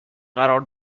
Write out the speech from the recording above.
قرار